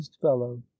fellow